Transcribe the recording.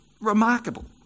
remarkable